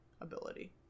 ability